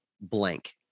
blank